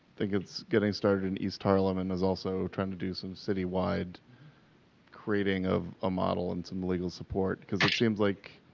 think it's getting started in east harlem and is also trying to do some citywide creating of a model and some legal support. because it seems like